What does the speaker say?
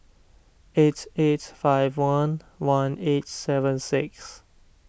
eight eight five one one eight seven six